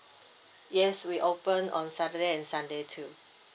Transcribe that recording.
yes we open on saturday and sunday too